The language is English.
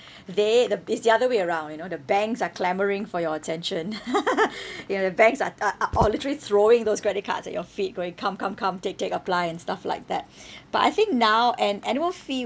they the it's the other way around you know the banks are clamouring for your attention ya the banks are are are all literally throwing those credit cards at your feet going come come come take take apply and stuff like that but I think now an~ annual fee